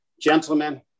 Gentlemen